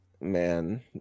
Man